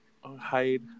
hide